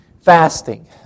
fasting